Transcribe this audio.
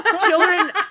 children